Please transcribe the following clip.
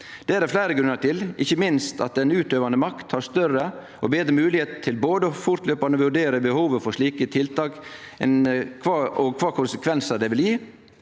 Det er det fleire grunnar til, ikkje minst at den utøvande makt har større og betre moglegheit til fortløpande å vurdere både behovet for slike tiltak og kva konsekvensar det vil gje,